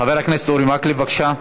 חבר הכנסת אורי מקלב, בבקשה.